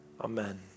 amen